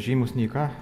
žymūs nei ką